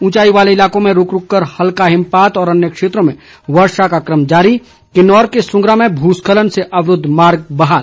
ऊंचाई वाले इलाकों में रूक रूक कर हल्का हिमपात व अन्य क्षेत्रों में वर्षा का क्रम जारी किन्नौर के सुंगरा में भूस्खलन से अवरूद्ध मार्ग बहाल